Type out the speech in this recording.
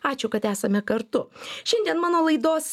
ačiū kad esame kartu šiandien mano laidos